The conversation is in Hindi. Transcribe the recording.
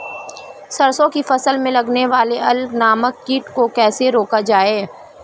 सरसों की फसल में लगने वाले अल नामक कीट को कैसे रोका जाए?